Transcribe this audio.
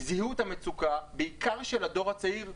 שזיהו את המצוקה, בעיקר של הדור הצעיר,